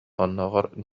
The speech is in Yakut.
оннооҕор